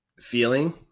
feeling